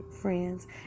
friends